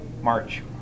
March